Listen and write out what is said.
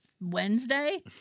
Wednesday